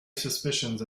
suspicions